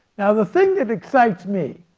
now the thing that excites me,